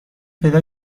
پیدا